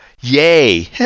yay